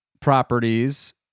properties